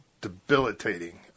debilitating